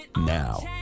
Now